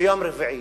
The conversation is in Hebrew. ביום רביעי.